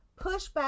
Pushback